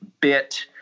bit